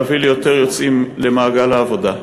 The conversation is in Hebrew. להביא ליותר יוצאים למעגל העבודה.